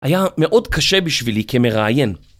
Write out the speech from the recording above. היה מאוד קשה בשבילי כמראיין